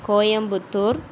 Coimbatore